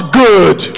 good